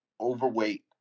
overweight